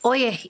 Oye